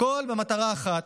הכול במטרה אחת,